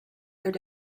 their